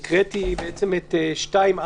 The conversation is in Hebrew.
כשהקראתי בעצם את סעיף 2(א),